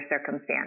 circumstance